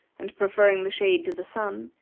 and preferring the shade to the sun,